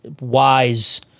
wise